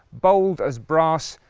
bold as brass,